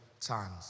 times